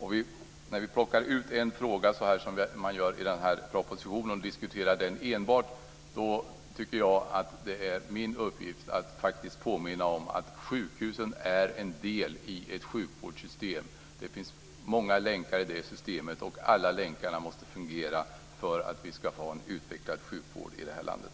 När en fråga plockas ut ur propositionen som man gör här och enbart diskuterar den tycker jag att det är min uppgift att påminna om att sjukhusen är en del i ett sjukvårdssystem. Det finns många länkar i det systemet, och alla länkarna måste fungera för att vi ska ha en utvecklad sjukvård i det här landet.